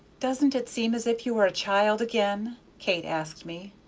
doesn't it seem as if you were a child again? kate asked me.